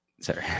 sorry